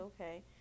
okay